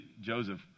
Joseph